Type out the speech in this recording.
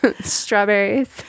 strawberries